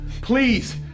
Please